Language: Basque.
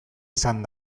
izan